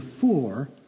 four